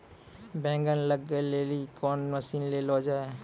बैंगन लग गई रैली कौन मसीन ले लो जाए?